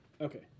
Okay